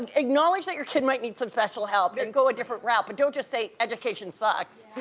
and acknowledge that your kid might need some special help and go a different route, but don't just say, education sucks.